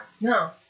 No